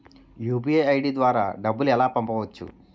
UPI ID ద్వారా డబ్బులు ఎలా పంపవచ్చు?